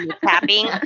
tapping